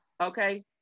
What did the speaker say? Okay